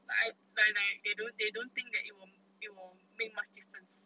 like I like like they don't they don't think that it will it will make much difference